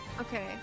Okay